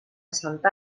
santa